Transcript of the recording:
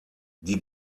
die